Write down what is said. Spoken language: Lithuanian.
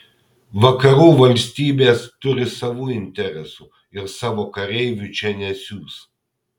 vakarų valstybės turi savų interesų ir savo kareivių čia nesiųs